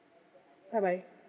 bye bye